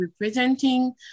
representing